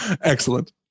Excellent